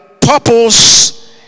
purpose